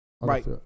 Right